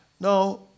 no